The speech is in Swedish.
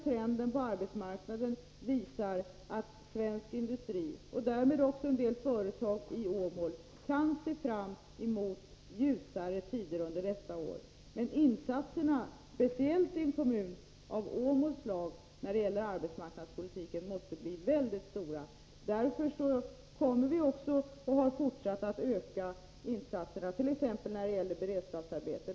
Trenden på arbetsmarknaden visar att svensk industri, och därmed också en del företag i Åmåls kommun, kan se fram emot ljusare tider under nästa år. Men insatserna, speciellt i en kommun av Åmåls slag, när det gäller arbetsmarknadspolitiken måste bli mycket stora. Därför kommer vi också i fortsättningen att öka insatserna, t.ex. när det gäller beredskapsarbeten.